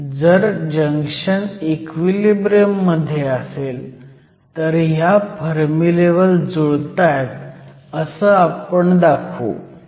जर junction equilibrium मध्ये असेल तर ह्या फर्मी लेव्हल जुळतायत असं दाखवू आपण